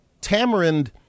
tamarind